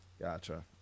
Gotcha